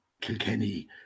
kilkenny